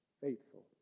faithful